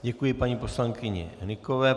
Děkuji paní poslankyni Hnykové.